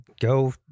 go